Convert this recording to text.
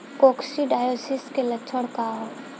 Coccidiosis के लक्षण का ह?